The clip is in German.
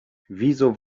wieso